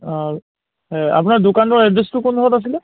অঁ আপোনাৰ দোকানৰ এড্ৰেছটো কোনডোখৰত আছিলে